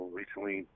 recently